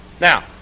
Now